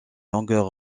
longueur